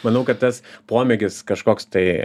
manau kad tas pomėgis kažkoks tai